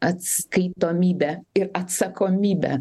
atskaitomybę ir atsakomybę